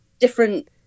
different